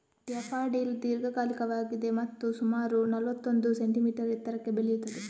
daffodil ದೀರ್ಘಕಾಲಿಕವಾಗಿದೆ ಮತ್ತು ಸುಮಾರು ನಲ್ವತ್ತೊಂದು ಸೆಂಟಿಮೀಟರ್ ಎತ್ತರಕ್ಕೆ ಬೆಳೆಯುತ್ತದೆ